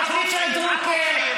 על רופאים,